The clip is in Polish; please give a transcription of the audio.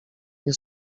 nie